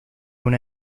una